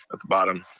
at the bottom.